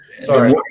Sorry